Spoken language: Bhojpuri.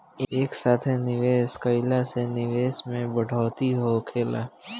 एक साथे निवेश कईला से निवेश में बढ़ोतरी होखेला